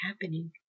happening